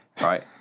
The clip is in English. right